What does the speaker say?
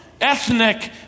ethnic